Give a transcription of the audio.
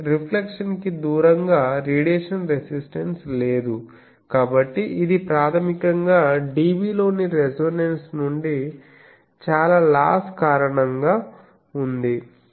అంటే రిఫ్లెక్షన్ కి దూరంగా రేడియేషన్ రెసిస్టన్స్ లేదు కాబట్టి ఇది ప్రాథమికంగా dB లోని రెసొనెన్స్ నుండి చాలా లాస్ కారణంగా ఉంది